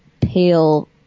pale